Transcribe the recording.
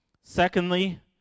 Secondly